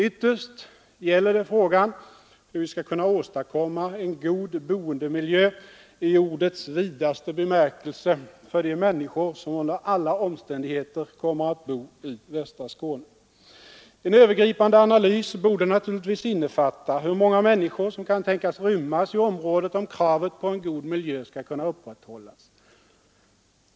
Ytterst gäller det frågan hur vi skall åstadkomma en god boendemiljö i ordets vidaste bemärkelse för de människor som under alla omständigheter kommer att bo i västra Skåne. En övergripande analys borde naturligtvis innefatta hur många människor som kan tänkas rymmas i området om kravet på en god miljö skall kunna upprätthållas.